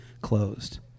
closed